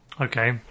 Okay